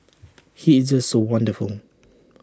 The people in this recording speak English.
he is just so wonderful